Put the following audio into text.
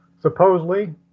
Supposedly